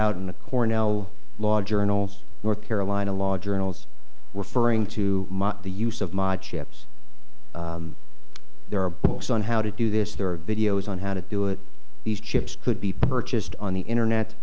out in the cornell law journals north carolina law journals referring to the use of my chips there are books on how to do this there are videos on how to do it these chips could be purchased on the internet